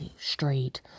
straight